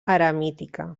eremítica